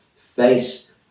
face